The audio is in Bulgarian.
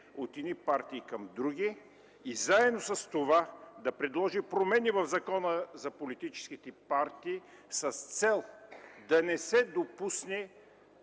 от едни партии към други и заедно с това да предложи промени в Закона за политическите партии с цел да не се допусне